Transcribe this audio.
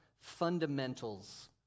fundamentals